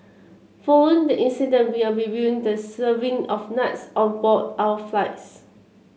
following the incident we are reviewing the serving of nuts on board our flights